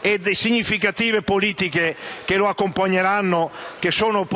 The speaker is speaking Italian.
e significative politiche che lo accompagneranno, che sono